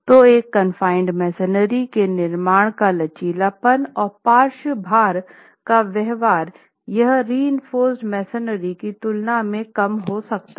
तो एक confined masonry के निर्माण का लचीलापन और पार्श्व भार का व्यवहार यह रीइंफोर्स्ड मेसनरी की तुलना में कम हो सकता है